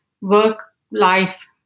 work-life